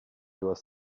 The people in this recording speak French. dois